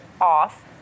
off